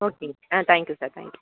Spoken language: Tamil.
ஓகேங்க ஆ thank you sir thank you